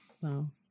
Wow